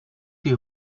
you